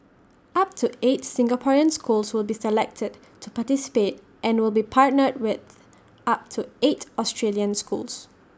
up to eight Singaporean schools will be selected to participate and will be partnered with up to eight Australian schools